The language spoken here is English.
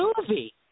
movie